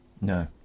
No